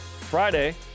Friday